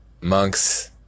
monks